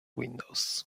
windows